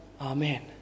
Amen